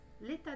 l'état